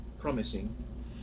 promising